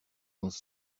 dans